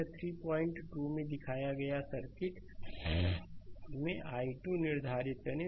यह 32 में दिखाया सर्किट में i2 निर्धारित करें